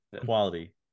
quality